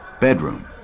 Bedroom